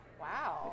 Wow